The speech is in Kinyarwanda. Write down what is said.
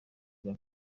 bwa